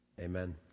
Amen